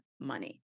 money